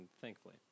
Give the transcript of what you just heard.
thankfully